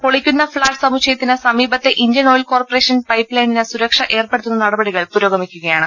പൊളിക്കുന്ന ഫ്ളാറ്റ് സമുച്ചയത്തിന് സമീപത്തെ ഇന്ത്യൻ ഓയിൽ കോർപ്പറേഷൻ പൈപ്പ് ലൈനിന് സുരക്ഷ ഏർപ്പെടു ത്തുന്ന നടപടികൾ പുരോഗമിക്കുകയാണ്